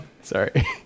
Sorry